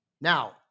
Now